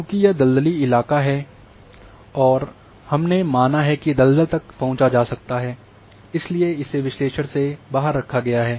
चूंकि यह दलदली इलाका है और हमने माना है कि दलदल तक पहुँच जा सकता है और इसलिए इसे विश्लेषण से बाहर रखा गया है